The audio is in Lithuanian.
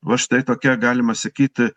va štai tokia galima sakyt